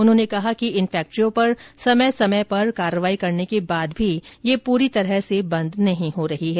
उन्होंने कहा कि इन फैक्ट्रियों पर समय समय पर कार्यवाही करने के बाद भी ये पूरी तरह से बंद नहीं हो रही हैं